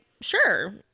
sure